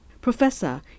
Professor